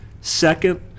second